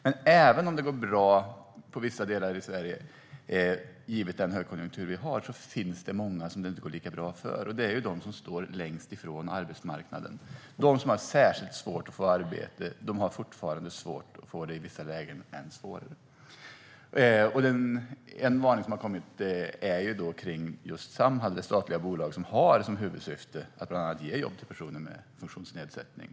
Men även om det går bra på vissa delar i Sverige givet den högkonjunktur vi har finns det många som det inte går lika bra för. Det är de som står längst ifrån arbetsmarknaden. Det är de som har särskilt svårt att få arbete. De har fortfarande svårt att få det och i vissa lägen än svårare. En varning som har kommit är just om Samhall, det statliga bolag som har som huvudsyfte att bland annat ge jobb till personer med funktionsnedsättning.